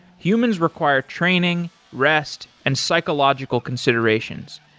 humans require training, rest and psychological considerations,